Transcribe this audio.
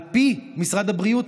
על פי משרד הבריאות,